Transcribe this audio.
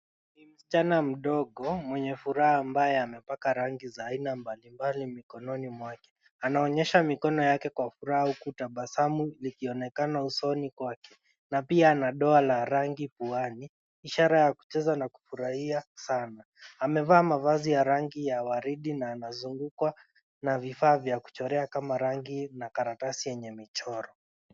Ni msichana mdogo mwenye furaha ambaye amepaka rangi za aina mbalimbali mikononi mwake. Anaonyesha mikono yake kwa furaha huku tabasamu likionekana usoni kwake na pia ana doa la rangi puani, ishara ya kucheza na kufurahia sana. Amevaa mavazi ya rangi ya waridi na anazungukwa na vifaa vya kuchorea kama rangi na karatasi yenye michoro.